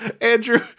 Andrew